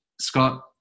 Scott